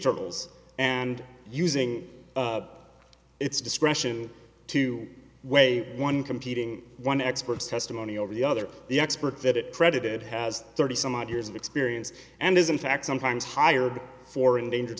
troubles and using its discretion to weigh one competing one expert's testimony over the other the expert that it credited has thirty some odd years of experience and is in fact sometimes hired for endangered